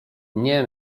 nie